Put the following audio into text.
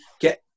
get